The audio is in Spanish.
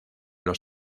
los